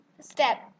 step